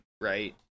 right